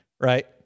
right